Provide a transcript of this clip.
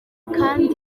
kandi